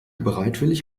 bereitwillig